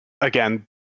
again